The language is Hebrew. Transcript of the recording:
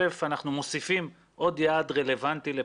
ראשית, אנחנו מוסיפים עוד יעד רלוונטי לפינוי.